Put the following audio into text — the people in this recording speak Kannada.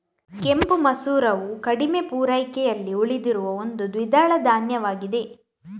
ಕೆಂಪು ಮಸೂರವು ಕಡಿಮೆ ಪೂರೈಕೆಯಲ್ಲಿ ಉಳಿದಿರುವ ಒಂದು ದ್ವಿದಳ ಧಾನ್ಯವಾಗಿದೆ